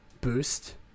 boost